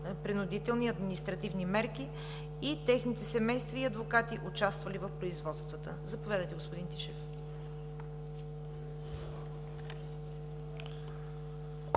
принудителни административни мерки, и техните семейства и адвокати, участвали в производствата. Заповядайте, господин Тишев